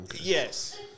Yes